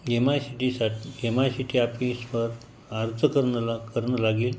M I C टीसाठी M I C T अॅप्लिकेशनवर अर्ज करण्याला करणं लागेल